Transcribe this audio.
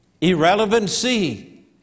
irrelevancy